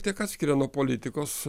tiek atskiria nuo politikos